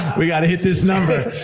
we gotta hit this number!